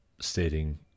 stating